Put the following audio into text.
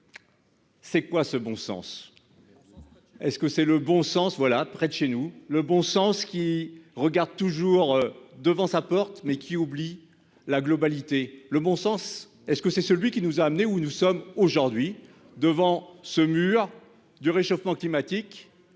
C'est quoi ce bon sens. Est-ce que c'est le bon sens. Voilà près de chez nous, le bon sens qui regarde toujours devant sa porte mais qui oublie la globalité le bon sens. Est-ce que c'est celui qui nous a amenés où nous sommes aujourd'hui devant ce mur du réchauffement climatique